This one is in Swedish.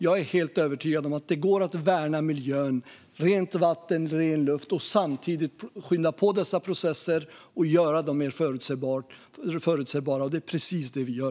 Jag är övertygad om att det går att värna miljön - rent vatten och ren luft - och samtidigt skynda på dessa processer och göra dem mer förutsägbara, och det är precis detta vi gör.